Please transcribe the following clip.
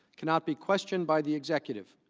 cannot be questioned by the executive.